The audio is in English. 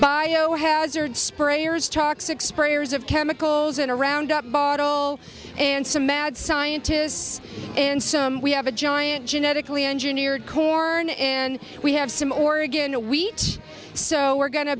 bio hazard sprayers toxic sprayers of chemicals in a round up bottle and some mad scientists and so we have a giant genetically engineered corn in we have some oregon a wheat so we're go